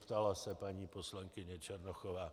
zeptala se paní poslankyně Černochová.